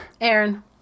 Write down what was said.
Aaron